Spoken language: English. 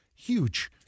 Huge